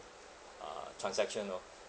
uh transaction loh